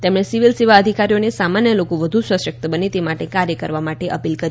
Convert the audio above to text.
તેમણે સિવિલ સેવા અધિકારીઓને સામાન્ય લોકો વધુ સશક્ત બને તે માટે કાર્ય કરવા માટે અપીલ કરી